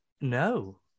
No